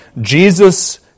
Jesus